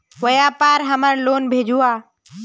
व्यापार हमार लोन भेजुआ?